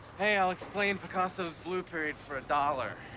hey i'll explain picasso's blue period for a dollar.